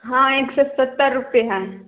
हाँ एक सए सत्तर रुपैये हय